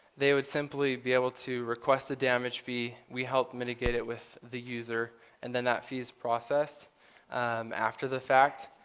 they would simply be able to request a damage fee. we help mitigate it with the user and then that fees process after the fact.